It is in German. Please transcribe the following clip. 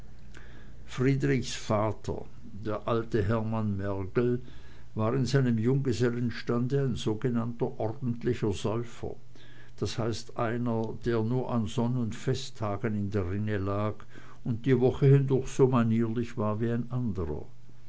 friedrichs vater der alte hermann mergel war in seinem junggesellenstande ein sogenannter ordentlicher säufer d h einer der nur an sonn und festtagen in der rinne lag und die woche hindurch so manierlich war wie ein anderer